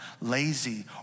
lazy